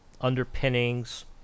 underpinnings